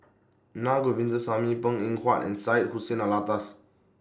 Na Govindasamy Png Eng Huat and Syed Hussein Alatas